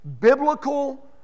biblical